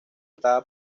estaba